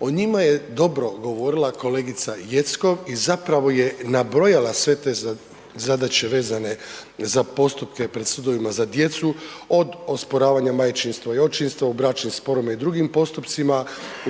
o njima je dobro govorila kolegica Jeckov i zapravo je nabrojala sve te zadaće vezane za postupke pred sudovima za djecu, od osporavanja majčinstva i očinstva u bračnim sporovima i drugim postupcima, u